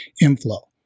inflow